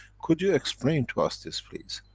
could you explain to us this please?